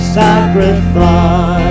sacrifice